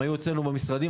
הם היו אצלנו במשרדים,